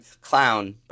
Clown